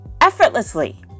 effortlessly